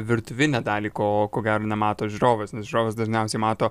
virtuvinę dalį ko ko gero nemato žiūrovas nes žiūrovas dažniausiai mato